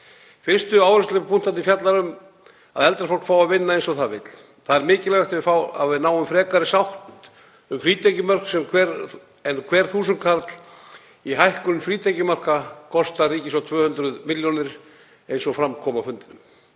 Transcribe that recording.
Fyrsti áherslupunkturinn fjallar um að eldra fólk fái að vinna eins og það vill. Það er mikilvægt að við náum frekari sátt um frítekjumörk, en hver þúsundkall í hækkun frítekjumarka kostar ríkissjóð 200 millj. kr., eins og fram kom á fundinum.